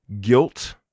guilt